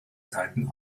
seiten